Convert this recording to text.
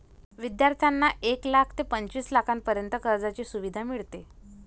विद्यार्थ्यांना एक लाख ते पंचवीस लाखांपर्यंत कर्जाची सुविधा मिळते